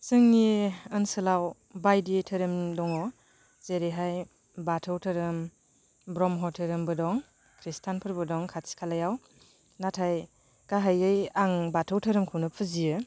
जोंनि ओनसोलाव बायदि धोरोम दङ जेरैहाय बाथौ धोरोम ब्रम्ह धोरोमबो दं ख्रिस्टानफोरबो दं खाथि खालायाव नाथाय गाहायै आं बाथौ धोरोमखौनो फुजियो